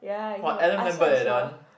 !wah! Adam-Lambert eh that one